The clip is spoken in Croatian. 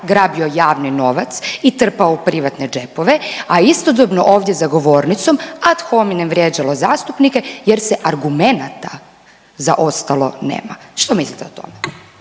grabio javni novac i trpao u privatne džepove a istodobno ovdje za govornicom ad hominem vrijeđalo zastupnike jer se argumenata za ostalo nema. Što mislite o tome?